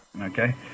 Okay